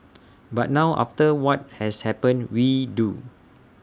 but now after what has happened we do